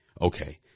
okay